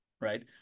right